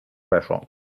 treasure